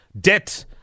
debt